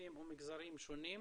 למרכיבים ומגזרים שונים,